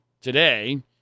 today